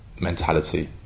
mentality